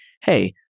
hey